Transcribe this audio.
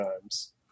times